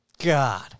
God